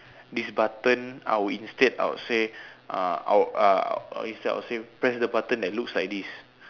this button I would instead I would say uh I would uh instead I would say press the button that looks like this